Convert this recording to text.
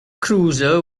cruiser